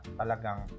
talagang